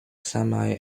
semi